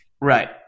Right